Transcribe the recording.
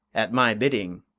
at my bidding,